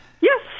Yes